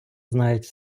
знають